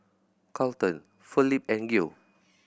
Carlton Felipe and Geo